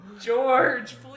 George